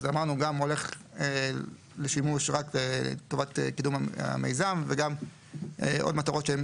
אז אמרנו גם הולך לשימוש רק לטובת קידום המיזם וגם עוד מטרות שהן